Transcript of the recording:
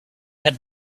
had